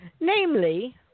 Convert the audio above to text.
Namely